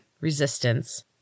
Resistance